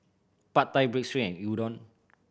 Pad Thai Breads and Udon